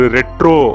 Retro